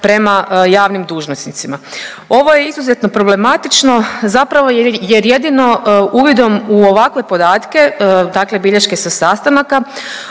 prema javnim dužnosnicima. Ovo je izuzetno problematično, zapravo jer jedino uvidom u ovakve podatke, dakle bilješke sa sastanaka